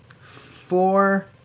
four